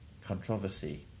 controversy